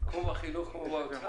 שבהן מוסדר באופן